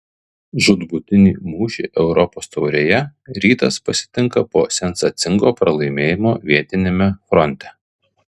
žūtbūtinį mūšį europos taurėje rytas pasitinka po sensacingo pralaimėjimo vietiniame fronte